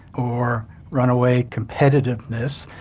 or runaway competitiveness,